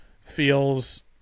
feels